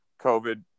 COVID